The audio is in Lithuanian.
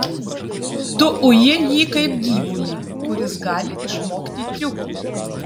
tu uji jį kaip gyvulį kuris gali išmokti triukų